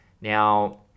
Now